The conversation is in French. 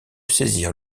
saisir